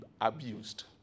abused